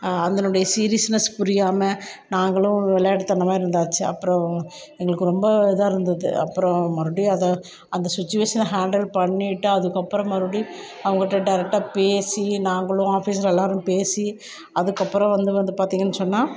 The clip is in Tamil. அதனுடைய சீரியஸ்னஸ் புரியாம நாங்களும் விளாட்டுதனமா இருந்தாச்சு அப்புறம் எங்களுக்கு ரொம்ப இதாக இருந்தது அப்புறம் மறுபடி அதை அந்த சுச்சுவேஷனை ஹேண்டில் பண்ணிவிட்டு அதுக்கப்புறம் மறுபடி அவங்கிட்ட டேரெக்டாக பேசி நாங்களும் ஆஃபீஸ் எல்லாரும் பேசி அதுக்கப்புறம் வந்து வந்து பார்த்தீங்கன்னு சொன்னா